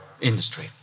industry